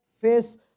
face